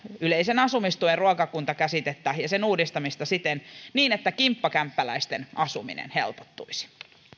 yleisen asumistuen ruokakuntakäsitettä ja sen uudistamista niin että kimppakämppäläisten asuminen helpottuisi